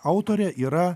autorė yra